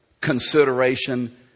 consideration